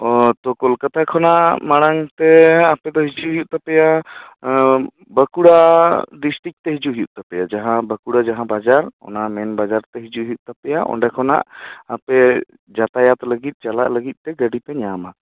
ᱚᱻ ᱛᱚ ᱠᱳᱞᱠᱟᱛᱟ ᱠᱷᱚᱱᱟ ᱢᱟᱲᱟᱝᱛᱮ ᱟᱯᱮ ᱫᱚ ᱦᱤᱡᱩᱜ ᱦᱩᱭᱩᱜ ᱛᱟᱯᱮᱭᱟ ᱮᱸᱻ ᱵᱟᱸᱠᱩᱲᱟ ᱰᱤᱥᱴᱨᱤᱠᱛᱮ ᱦᱤᱡᱩ ᱦᱩᱭᱩᱜ ᱛᱟᱯᱮᱭᱟ ᱡᱟᱦᱟᱸ ᱵᱟᱸᱠᱩᱲᱟ ᱡᱟᱦᱟᱸ ᱵᱟᱡᱟᱨ ᱚᱱᱟ ᱢᱮᱱ ᱵᱟᱡᱟᱨᱛᱮ ᱦᱤᱡᱩ ᱦᱩᱭᱩᱜ ᱛᱟᱯᱮᱭᱟ ᱚᱸᱰᱮ ᱠᱷᱚᱱᱟ ᱟᱯᱮ ᱡᱟᱛᱟᱭᱟᱛ ᱞᱟᱹᱜᱤᱫᱽ ᱪᱟᱞᱟᱜ ᱞᱟᱹᱜᱤᱫᱽ ᱛᱮ ᱜᱟᱹᱰᱤ ᱯᱮ ᱧᱟᱢᱟ